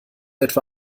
etwa